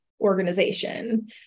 organization